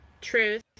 Truth